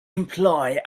imply